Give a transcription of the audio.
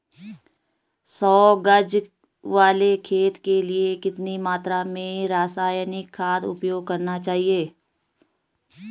सौ गज वाले खेत के लिए कितनी मात्रा में रासायनिक खाद उपयोग करना चाहिए?